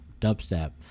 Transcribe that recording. dubstep